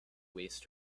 waste